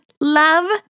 love